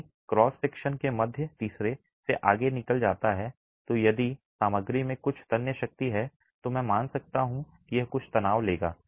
यदि यह cross section के मध्य तीसरे से आगे निकल जाता है तो यदि सामग्री में कुछ तन्य शक्ति है तो मैं मान सकता हूं कि यह कुछ तनाव लेगा